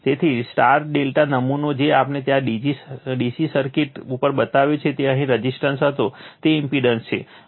તેથી Y ∆ નમૂનો જે આપણે ત્યાં DC સર્કિટ ઉપર બતાવ્યો છે તે અહીં રઝિસ્ટન્સ હતો તે ઇમ્પેડન્સ છે